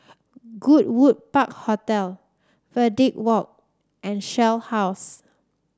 Goodwood Park Hotel Verde Walk and Shell House